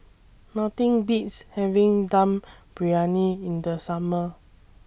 Nothing Beats having Dum Briyani in The Summer